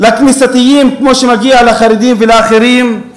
לכנסייתיים כמו שמגיע לחרדים ולאחרים?